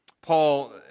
Paul